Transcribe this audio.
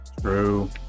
True